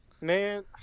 man